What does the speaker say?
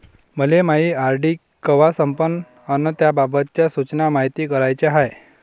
मले मायी आर.डी कवा संपन अन त्याबाबतच्या सूचना मायती कराच्या हाय